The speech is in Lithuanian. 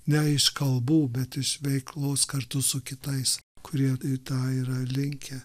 ne jis kalbų bet jis veiklaus kartu su kitais kurie į tai yra linkę